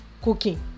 cooking